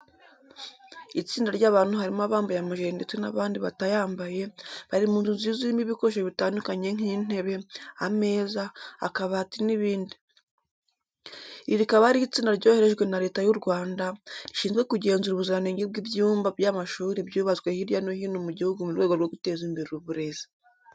Itsinda ry'abantu harimo abambaye amajire ndetse n'abandi batayambaye, bari mu nzu nziza irimo ibikoresho bitandukanye nk'intebe, ameza, akabati n'ibindi. Iri rikaba ari itsinda ryoherejwe na Leta y'u Rwanda, rishinzwe kugenzura ubuziranenge bw'ubyumba by'amashuri byubatswe hirya no hino mu gihugu mu rwego rwo guteza imbere uburezi.